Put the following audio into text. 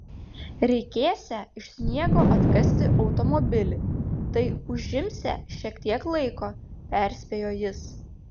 reikėsią iš sniego atkasti automobilį tai užimsią šiek tiek laiko perspėjo jis